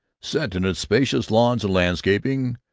set in its spacious lawns and landscaping,